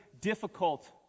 difficult